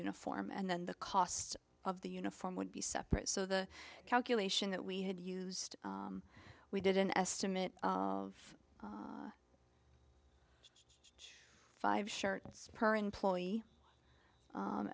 uniform and then the cost of the uniform would be separate so the calculation that we had used we did an estimate of five shirt per employee